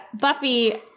Buffy